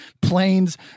planes